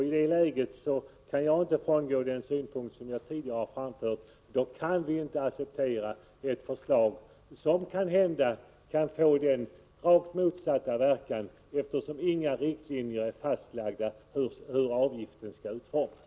I det läget kan jag inte frångå den synpunkt som jag tidigare har framfört. Vi kan inte acceptera ett förslag som kanhända får rakt motsatta verkan, eftersom inga riktlinjer är fastlagda för hur avgiften skall utformas.